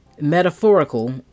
metaphorical